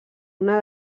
una